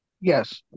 Yes